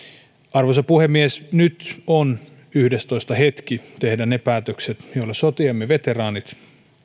arvoisa puhemies nyt on yhdestoista hetki tehdä ne päätökset joilla sotiemme veteraanit